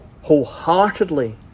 wholeheartedly